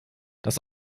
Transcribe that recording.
das